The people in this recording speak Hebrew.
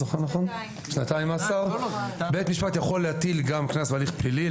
בית המשפט יכול להטיל גם קנס בהליך פלילי.